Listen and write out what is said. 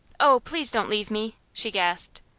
oh, please don't leave me, she gasped.